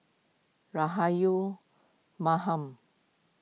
Rahayu